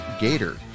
Gator